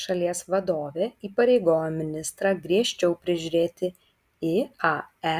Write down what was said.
šalies vadovė įpareigojo ministrą griežčiau prižiūrėti iae